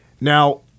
Now